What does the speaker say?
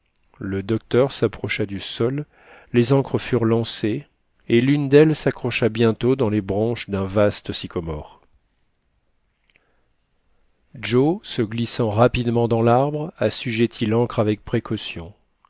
le docteur s'approcha du sol les ancres furent lancées et l'une d'elles s'accrocha bientôt dans les branches d'un vaste sycomore joe se glissant rapidement dans l'arbre assujettit l'ancre avec précaution